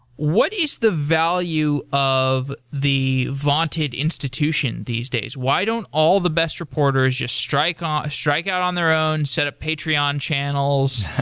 what is the value of the vaunted institution these days? why don't all the best reporters just strike ah strike out on their own, set up patreon channels?